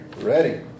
ready